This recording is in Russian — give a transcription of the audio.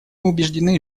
убеждены